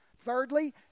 Thirdly